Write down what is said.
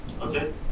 Okay